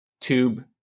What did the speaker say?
tube